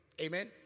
Amen